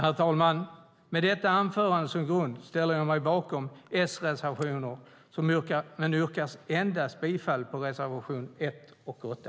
Herr talman! Med detta anförande som grund ställer jag mig bakom Socialdemokraternas reservationer men yrkar bifall endast till reservationerna 1 och 8.